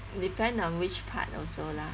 depend on which part also lah